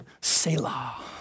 Selah